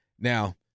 Now